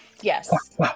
yes